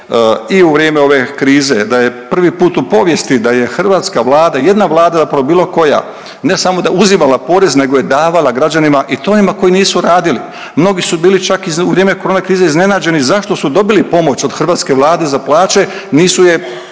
i u vrijeme ove krize, da je prvi put u povijesti da je hrvatska Vlada, jedna vlada zapravo bilo koja ne samo da je uzimala porez nego je davala građanima i to onima koji nisu radili, mnogi su bili čak i u vrijeme korona krize iznenađeni zašto su dobili pomoć od hrvatske Vlade za plaće, nisu je